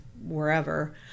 wherever